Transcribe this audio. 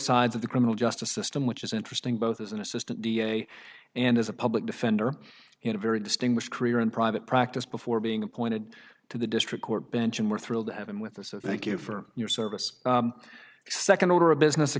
sides of the criminal justice system which is interesting both as an assistant da and as a public defender in a very distinguished career in private practice before being appointed to the district court bench and we're thrilled to have him with us so thank you for your service second order of business a